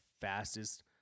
fastest